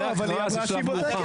אחרי הקראה זה שלב מאוחר.